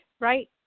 right